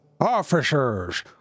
Officers